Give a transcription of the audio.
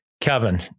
Kevin